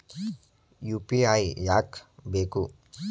UPI ಯಾಕ್ ಬೇಕು?